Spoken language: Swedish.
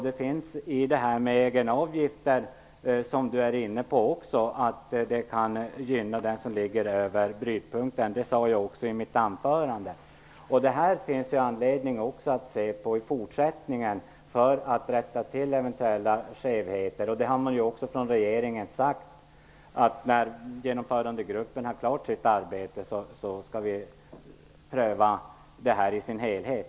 Det finns i förslaget med egenavgifter, som Per Rosengren också var inne på, att det kan gynna den som har en inkomst som ligger över brytpunkten. Det sade jag också i mitt anförande. Det finns anledning att se på det i fortsättningen för att rätta till eventuella skevheter. Det har regeringen också sagt. När Genomförandegruppen är klar med sitt arbete skall vi pröva detta i sin helhet.